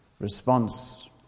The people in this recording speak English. response